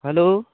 hello